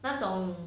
那种